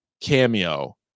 cameo